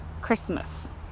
Christmas